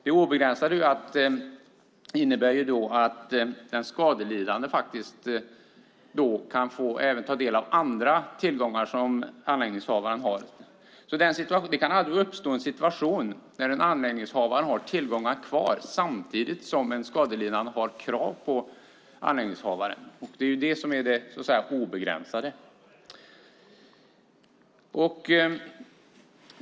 Det obegränsade innebär att den skadelidande även kan få del av andra tillgångar som anläggningshavaren har, så det kan aldrig uppstå en situation där en anläggningshavare har tillgångar kvar samtidigt som en skadelidande har krav på anläggningshavaren. Det är det som är det obegränsade ansvaret.